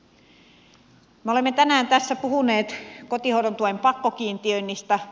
me olemme tänään tässä puhuneet kotihoidon tuen pakkokiintiöinnistä